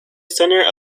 center